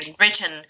written